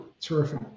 Terrific